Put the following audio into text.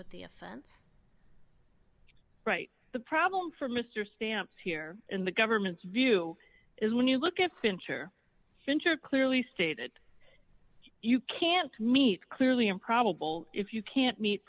with the offense right the problem for mr stamps here in the government's view is when you look at fincher sinter clearly stated you can't meet clearly improbable if you can't meet